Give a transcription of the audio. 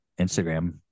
Instagram